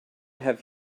have